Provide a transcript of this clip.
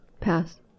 Pass